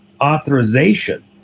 authorization